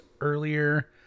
earlier